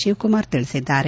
ಶಿವಕುಮಾರ್ ತಿಳಿಸಿದ್ದಾರೆ